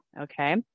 Okay